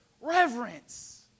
reverence